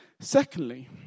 Secondly